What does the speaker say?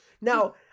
now